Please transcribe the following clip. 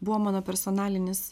buvo mano personalinis